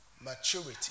maturity